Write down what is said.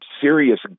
serious